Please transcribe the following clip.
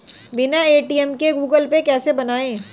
बिना ए.टी.एम के Google pay कैसे बनायें?